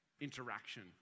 interaction